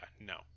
no